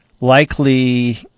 likely